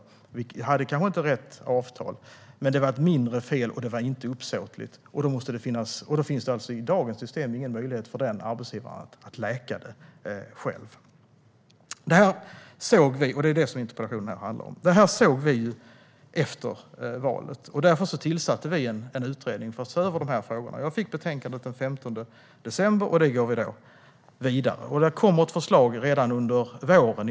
Vi hade kanske inte rätt avtal." Men det var ett mindre fel, och det var inte uppsåtligt. Med dagens system finns det ingen möjlighet för den arbetsgivaren att läka det själv. Det är det som den här interpellationen handlar om. Det här såg vi efter valet. Och för att se över de här frågorna tillsatte vi en utredning. Jag fick betänkandet den 15 december, och det går vi vidare med. Det kommer ett förslag redan under våren.